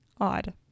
odd